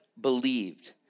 believed